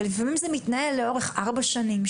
ולפעמים זה מתנהל לאורך ארבע שנים,